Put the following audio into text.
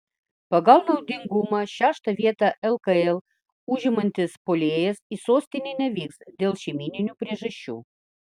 pagal naudingumą šeštą vietą lkl užimantis puolėjas į sostinę nevyks dėl šeimyninių priežasčių